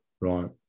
Right